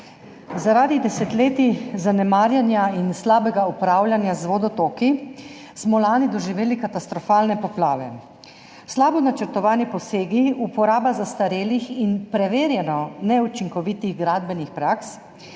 Zaradi desetletij zanemarjanja in slabega upravljanja z vodotoki smo lani doživeli katastrofalne poplave. Slabo načrtovani posegi, uporaba zastarelih in preverjeno neučinkovitih gradbenih praks